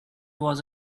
was